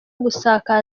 gusaka